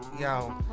Yo